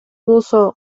болсо